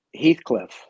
Heathcliff